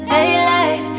Daylight